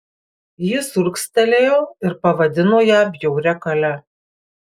jis urgztelėjo ir pavadino ją bjauria kale